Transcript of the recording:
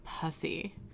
pussy